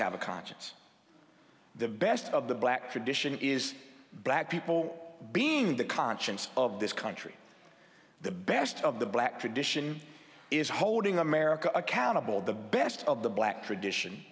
have a conscience the best of the black tradition is black people being the conscience of this country the best of the black tradition is holding america accountable the best of the black tradition